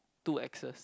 two axes